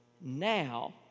Now